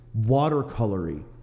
watercolory